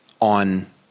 on